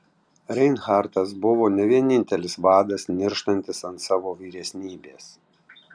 reinhartas buvo ne vienintelis vadas nirštantis ant savo vyresnybės